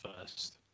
first